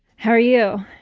how are you?